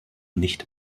nicht